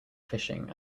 fishing